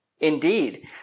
Indeed